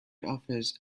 office